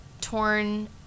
torn